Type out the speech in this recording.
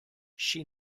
she